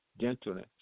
gentleness